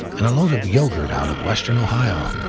and a load of yogurt out of western ohio.